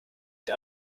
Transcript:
der